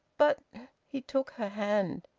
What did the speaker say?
but he took her hand.